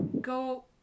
go